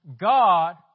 God